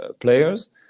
players